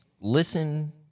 listen